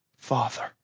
Father